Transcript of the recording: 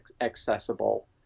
accessible